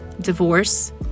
Divorce